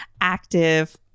active